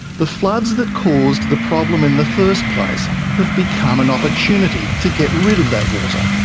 the floods that caused the problem in the first place have become an opportunity to get rid of that water.